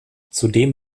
zudem